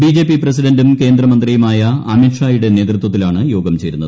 BJP പ്രസിഡന്റും കേന്ദ്രമന്ത്രിയുമായ അമിത്ഷായുടെ നേതൃത്വത്തില്ലാണ് യോഗം ചേരുന്നത്